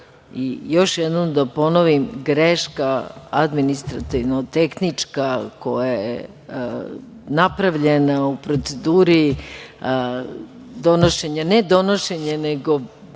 i još jednom da ponovim, greška administrativno-tehnička koja je napravljena u proceduri, ne donošenja, nego